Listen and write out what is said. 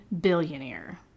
billionaire